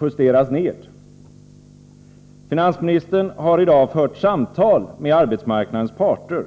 justeras ned. Finansministern har i dag fört samtal med arbetsmarknadens parter.